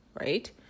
right